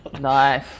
Nice